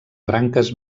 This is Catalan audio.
branques